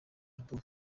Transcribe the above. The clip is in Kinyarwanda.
album